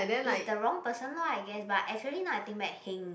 is the wrong person lah I guess but actually now I think back heng